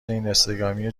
اینستاگرامی